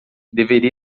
deveria